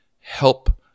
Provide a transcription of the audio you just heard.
help